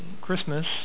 Christmas